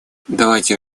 давайте